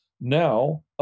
now